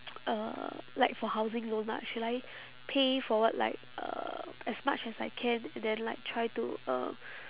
uh like for housing loan lah should I pay forward like uh as much as I can then like try to um